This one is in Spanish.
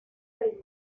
del